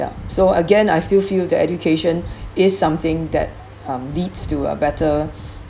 so again I still feel that education is something that um leads to a better